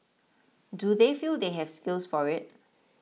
do they feel they have skills for it